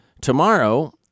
Tomorrow